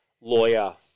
lawyer –